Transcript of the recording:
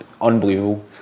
unbelievable